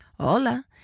Hola